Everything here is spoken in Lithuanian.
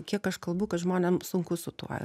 kiek aš kalbu kad žmonėm sunku su tuo